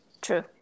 True